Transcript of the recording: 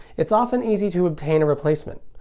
it's often easy to obtain a replacement.